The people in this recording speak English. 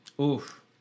Oof